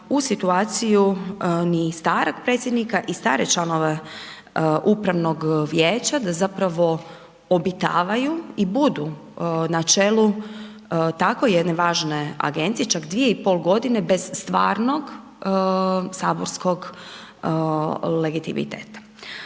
u situaciju ni starog predsjednika i stare članove upravnog vijeća da zapravo obitavaju i budu na čelu tako jedne važne agencije čak 2,5 godine bez stvarnog saborskog legitimiteta.